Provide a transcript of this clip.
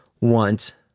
want